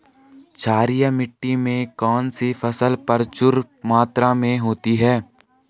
क्षारीय मिट्टी में कौन सी फसल प्रचुर मात्रा में होती है?